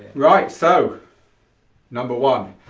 right so number one.